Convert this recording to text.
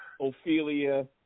Ophelia